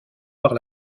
par